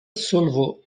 solvo